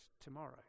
tomorrow